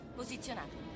posizionato